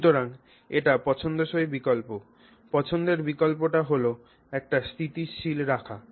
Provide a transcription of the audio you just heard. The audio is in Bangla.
সুতরাং এটি পছন্দসই বিকল্প পছন্দের বিকল্পটি হল এটি স্থিতিশীল রাখা